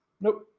Nope